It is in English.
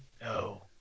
No